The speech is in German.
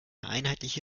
einheitliche